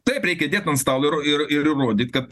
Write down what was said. taip reikia dėt ant stalo ir ir ir įrodyt kad